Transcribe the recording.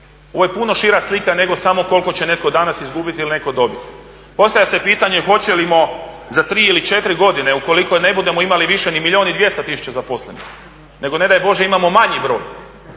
ovo je puno šira slika nego samo koliko će netko danas izgubiti ili netko dobiti. Postavlja se pitanje hoćemo li za 3 ili 4 godine ukoliko ne budemo imali više ni milijun i 200 tisuća zaposlenih nego ne daj Bože imamo manji broj,